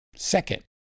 Second